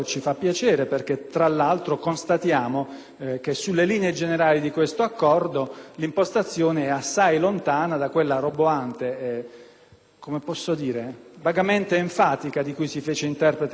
sulle linee generali di questo accordo l'impostazione è assai lontana da quella roboante, vagamente enfatica di cui si fece interprete il Presidente del Consiglio qualche mese fa quando dichiarò